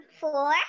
Four